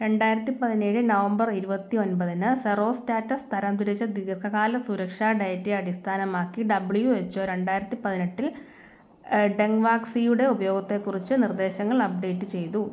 രണ്ടായിരത്തി പതിനേഴ് നവംബർ ഇരുപത്തി ഒൻപതിന് സെറോസ്റ്റാറ്റസ് തരം തിരിച്ച ദീർഘകാല സുരക്ഷാ ഡേറ്റയെ അടിസ്ഥാനമാക്കി ഡബ്ല്യു എച്ച് ഒ രണ്ടായിരത്തി പതിനെട്ടിൽ ഡെങ്വാക്സിയുടെ ഉപയോഗത്തെക്കുറിച്ച് നിർദ്ദേശങ്ങൾ അപ്ഡേറ്റ് ചെയ്തു